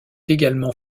également